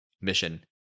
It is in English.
mission